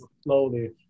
slowly